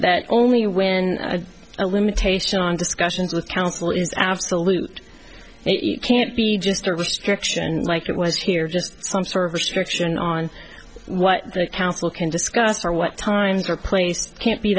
that only when a limitation on discussions with counsel is absolute it can't be just a restriction like it was here just some sort of restriction on what the council can discuss or what times are placed can't be